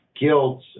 guilt